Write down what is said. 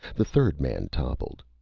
the third man toppled.